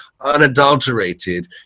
unadulterated